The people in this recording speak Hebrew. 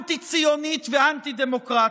אנטי-ציונית ואנטי-דמוקרטית.